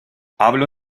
hablo